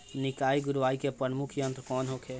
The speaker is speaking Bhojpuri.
निकाई गुराई के प्रमुख यंत्र कौन होखे?